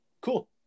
cool